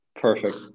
Perfect